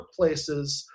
workplaces